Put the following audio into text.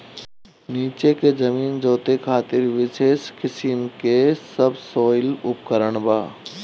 नीचे के जमीन जोते खातिर विशेष किसिम के सबसॉइल उपकरण बा